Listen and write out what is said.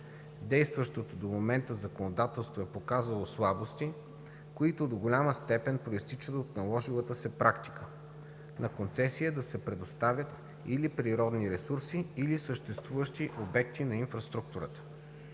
Действащото до момента законодателство е показало слабости, които до голяма степен произтичат от наложилата се практика – на концесия да се предоставят или природни ресурси, или съществуващи обекти на инфраструктурата.